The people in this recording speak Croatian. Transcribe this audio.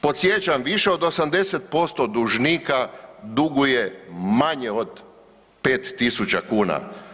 Podsjećam više od 80% dužnika duguje manje od 5.000 kuna.